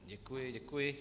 Děkuji, děkuji.